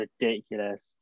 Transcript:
ridiculous